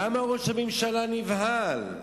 למה ראש הממשלה נבהל?